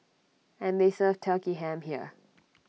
and they serve turkey ham here